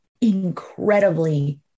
incredibly